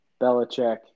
Belichick